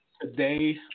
today